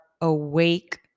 awake